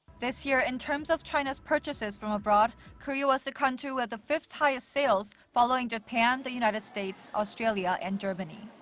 this year, in terms of china's purchases from abroad, korea was the country with the fifth highest sales, following japan, the united states, australia, and germany.